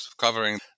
covering